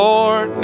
Lord